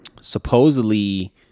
supposedly